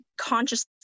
Consciously